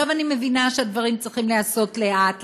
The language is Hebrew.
אני מבינה שהדברים צריכים להיעשות לאט,